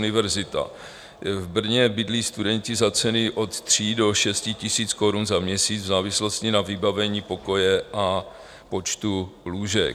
V Brně bydlí studenti za ceny od 3 do 6 tisíc korun za měsíc v závislosti na vybavení pokoje a počtu lůžek.